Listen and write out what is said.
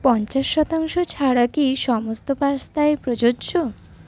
পঞ্চাশ শতাংশ ছাড়া কি সমস্ত পাস্তায় প্রযোজ্য